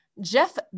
jeff